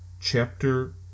CHAPTER